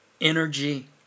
energy